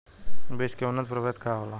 बीज के उन्नत प्रभेद का होला?